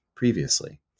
Previously